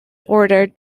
ordered